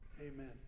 Amen